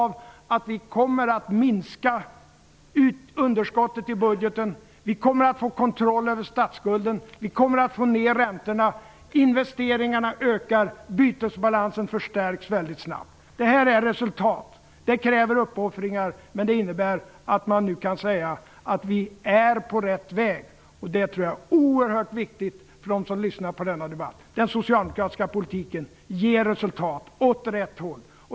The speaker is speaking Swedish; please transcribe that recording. Vi kommer att minska underskottet i budgeten, vi kommer att få kontroll över statsskulden, vi kommer att få ner räntorna, investeringarna ökar, bytesbalansen förstärks väldigt snabbt. Det här är resultat. Det kräver uppoffringar, men det innebär att man nu kan säga att vi är på rätt väg. Det tror jag är oerhört viktigt för dem som lyssnar på denna debatt. Den socialdemokratiska politiken ger resultat åt rätt håll.